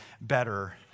better